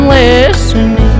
listening